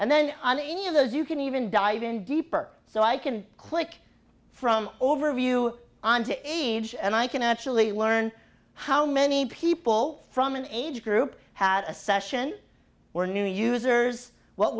and then on any of those you can even diving deeper so i can click from overview on to age and i can actually learn how many people from an age group had a session where new users what